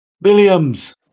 Williams